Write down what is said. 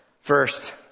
First